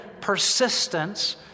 persistence